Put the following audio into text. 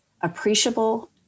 appreciable